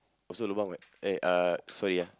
also lobang [what] eh uh so ya